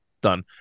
Done